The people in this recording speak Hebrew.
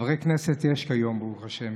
חברי כנסת יש כיום, ברוך השם,